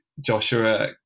Joshua